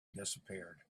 disappeared